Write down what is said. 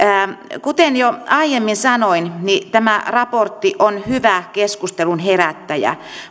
kuten jo aiemmin sanoin niin tämä raportti on hyvä keskustelun herättäjä